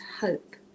hope